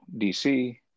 DC